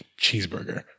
Cheeseburger